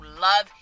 love